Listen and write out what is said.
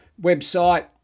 website